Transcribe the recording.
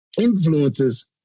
influences